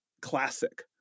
classic